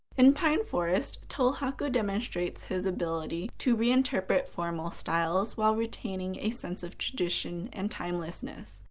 in pine forest, tohaku demonstrates his ability to reinterpret formal styles while retaining a sense of tradition and timelessness.